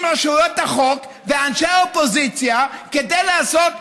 רשויות החוק ואנשי האופוזיציה כדי לעשות פוטש.